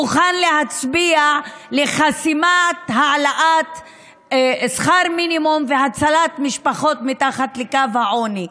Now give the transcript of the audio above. מוכן להצביע לחסימת העלאת שכר מינימום והצלת משפחות שמתחת לקו העוני.